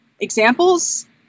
examples